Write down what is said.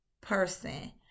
person